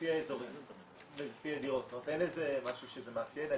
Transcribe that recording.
לפי האזורים ולפי הדירות, אין לזה משהו שמאפיין.